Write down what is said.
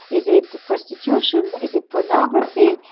is it prostitution? is it pornography?